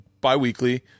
bi-weekly